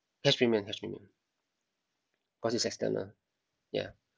cash premium cash premium because it's external ya